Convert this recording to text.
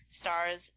Stars